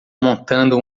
montando